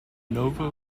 nova